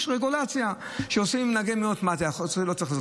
יש רגולציה שעושים עם נהגי מוניות מה אתה צריך ולא צריך לעשות.